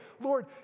Lord